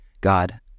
God